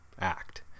act